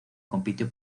compitió